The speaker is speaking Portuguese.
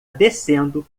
descendo